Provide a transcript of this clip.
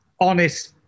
honest